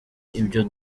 ibyo